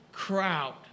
crowd